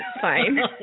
fine